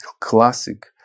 classic